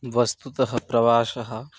वस्तुतः प्रवासः